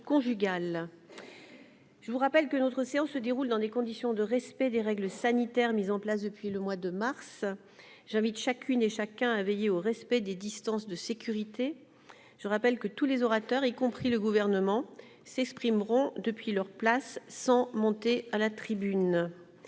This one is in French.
n° 483, rapport n° 482). Notre séance se déroule dans les conditions de respect des règles sanitaires mises en place depuis le mois de mars. J'invite chacune et chacun à veiller au respect des distances de sécurité. Je rappelle que tous les orateurs, y compris les membres du Gouvernement, s'exprimeront depuis leur place, sans monter à la tribune.